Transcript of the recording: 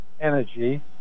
Energy